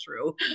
true